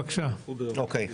בבקשה, תמשיך.